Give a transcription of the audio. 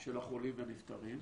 של החולים והנפטרים,